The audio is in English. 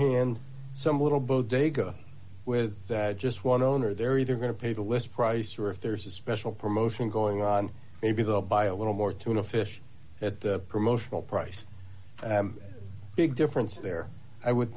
hand some little bodega with just one owner they're either going to pay the list price or if there's a special promotion going on maybe they'll buy a little more tuna fish at the promotional price big difference there i would